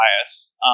bias